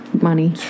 money